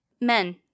Men